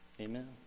Amen